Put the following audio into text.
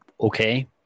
okay